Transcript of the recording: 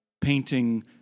painting